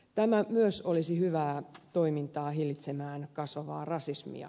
tämä myös olisi hyvää toimintaa hillitsemään kasvavaa rasismia